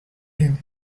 him